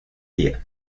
día